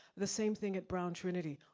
the same thing at brown trinity,